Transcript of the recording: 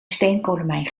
steenkolenmijn